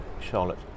Charlotte